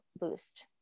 boost